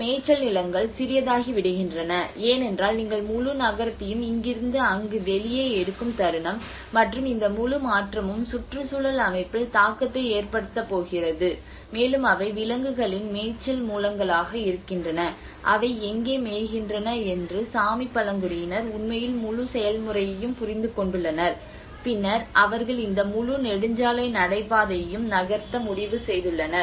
இந்த மேய்ச்சல் நிலங்கள் சிறியதாகிவிடுகின்றன ஏனென்றால் நீங்கள் முழு நகரத்தையும் இங்கிருந்து அங்கு வெளியே எடுக்கும் தருணம் மற்றும் இந்த முழு மாற்றமும் சுற்றுச்சூழல் அமைப்பில் தாக்கத்தை ஏற்படுத்தப் போகிறது மேலும் அவை விலங்குகளின் மேய்ச்சல் மூலங்களாக இருக்கின்றன அவை எங்கே மேய்கின்றன என்று சாமி பழங்குடியினர் உண்மையில் முழு செயல்முறையையும் புரிந்து கொண்டுள்ளனர் பின்னர் அவர்கள் இந்த முழு நெடுஞ்சாலை நடைபாதையையும் நகர்த்த முடிவு செய்துள்ளனர்